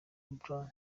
blauman